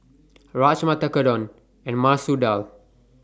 Rajma Tekkadon and Masoor Dal